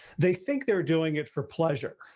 they think they're doing it for pleasure.